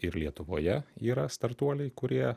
ir lietuvoje yra startuoliai kurie